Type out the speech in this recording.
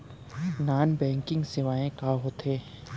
non banking सेवाएं का होथे